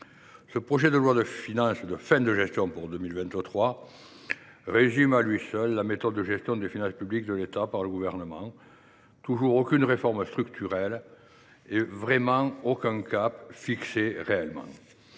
Ce projet de loi de finances de fin de gestion pour 2023 résume à lui seul la méthode de gestion des finances de l’État par le Gouvernement : toujours aucune réforme structurelle, toujours aucun cap réellement